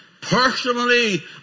Personally